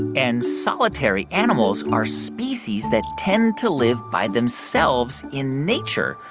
and solitary animals are species that tend to live by themselves in nature,